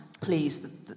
please